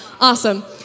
Awesome